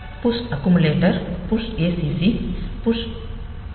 push accumulator push acc push B